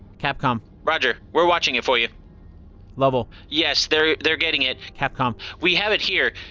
capcom roger. we're watching it for you lovell yes, they're they're getting it capcom we have it here.